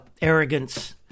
arrogance